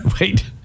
wait